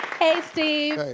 hey steve!